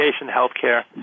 healthcare